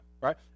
right